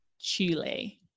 Chile